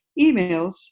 emails